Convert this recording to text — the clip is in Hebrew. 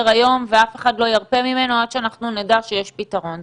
היום ואף אחד לא ירפה ממנו עד שנדע שיש פתרון.